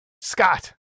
Scott